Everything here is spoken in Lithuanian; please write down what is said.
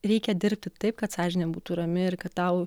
reikia dirbti taip kad sąžinė būtų rami ir kad tau